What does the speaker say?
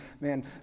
man